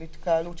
של התקהלות,